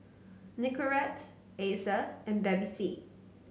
Nicorette Acer and Bevy C